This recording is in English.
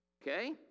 Okay